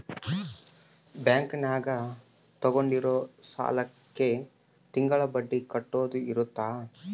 bank ದಾಗ ತಗೊಂಡಿರೋ ಸಾಲಕ್ಕೆ ತಿಂಗಳ ಬಡ್ಡಿ ಕಟ್ಟೋದು ಇರುತ್ತ